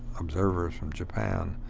observers from japan.